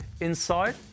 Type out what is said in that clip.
Inside